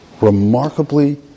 remarkably